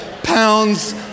pounds